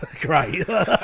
Great